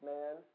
Man